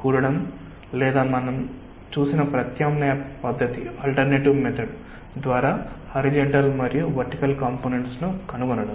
కూడడం లేదా మనం చూసిన ప్రత్యామ్నాయ పద్ధతి ద్వారా హారీజంటల్ మరియు వర్టికల్ కాంపొనెంట్స్ ను కనుగొనడం